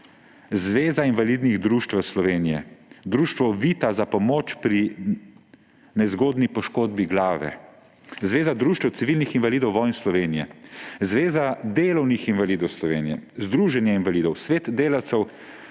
Zveza invalidnih društev Slovenije – Društvo Vita za pomoč po nezgodni poškodbi glave, Zveza društev civilnih invalidov vojn Slovenije, Zveza delovnih invalidov Slovenije, Združenje invalidov, svet delavcev